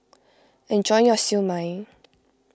enjoy your Siew Mai